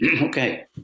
okay